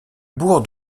bourg